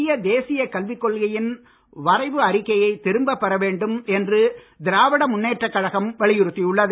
புதிய தேசிய கல்வி கொள்கையின் வரைவு அறிக்கையை திரும்ப பெற வேண்டும் என்று திராவிட முன்னேற்ற கழகம் வலியுறுத்தியுள்ளது